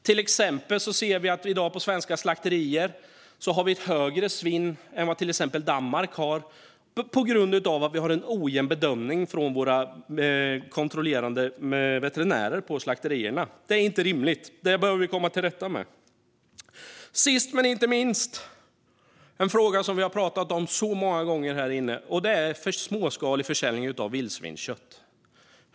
Till exempel är svinnet på svenska slakterier större än på till exempel danska slakterier på grund av att vi har en ojämn bedömning från våra kontrollerande veterinärer på slakterierna. Detta är inte rimligt; det behöver vi komma till rätta med. Sist men inte minst vill jag ta upp en fråga som vi har pratat om många gånger här inne, nämligen småskalig försäljning av vildsvinskött.